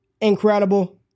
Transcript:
Incredible